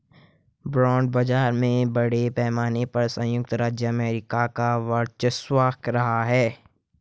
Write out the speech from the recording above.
bond बाजार में बड़े पैमाने पर सयुक्त राज्य अमेरिका का वर्चस्व रहा है